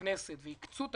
בכנסת והוקצו תקציבים,